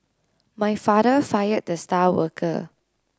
my father fired the star worker